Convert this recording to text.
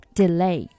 delay，